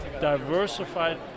diversified